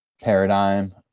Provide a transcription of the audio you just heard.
paradigm